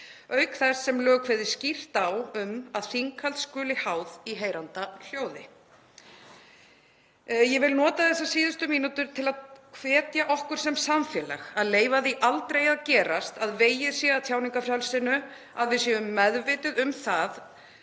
auk þess sem lög kveði skýrt á um að þinghald skuli háð í heyranda hljóði.“ Ég vil nota þessar síðustu mínútur til að hvetja okkur sem samfélag að leyfa því aldrei að gerast að vegið sé að tjáningarfrelsinu; að við séum meðvituð um það